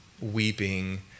weeping